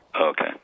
Okay